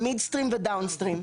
על מידסטרים ודאון-סטרים.